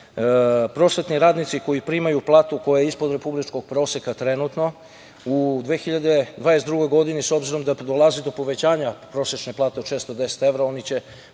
prosvetni radnici koji primaju platu koja je ispod republičkog proseka trenutno u 2022. godini s obzirom da dolazi do povećanja prosečne plate od 610 evra, oni će